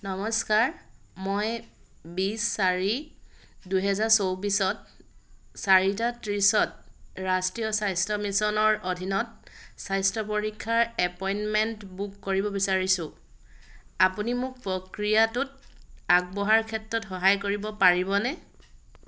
নমস্কাৰ মই বিছ চাৰি দুহেজাৰ চৌবিছত চাৰিটা ত্ৰিছত ৰাষ্ট্ৰীয় স্বাস্থ্য মিছনৰ অধীনত স্বাস্থ্য পৰীক্ষাৰ এপইণ্টমেণ্ট বুক কৰিব বিচাৰিছোঁ আপুনি মোক প্ৰক্ৰিয়াটোত আগবঢ়াৰ ক্ষেত্ৰত সহায় কৰিব পাৰিবনে